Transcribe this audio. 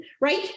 right